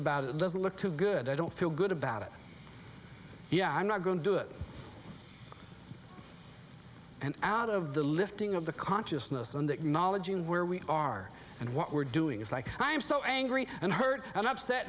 about it doesn't look too good i don't feel good about it yeah i'm not going to do it and out of the lifting of the consciousness on that knowledge even where we are and what we're doing is like i'm so angry and hurt and upset